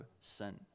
sin